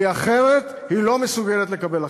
כי אחרת היא לא מסוגלת לקבל החלטה.